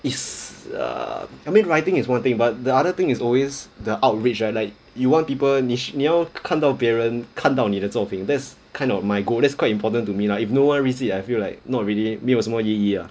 is a I mean writing is one thing but the other thing is always the outreach ah like you want people 你需你要看到别人看到你的作品 that's kind of my goal that's quite important to me lah if no one reads it I feel like not really 没有什么意义啊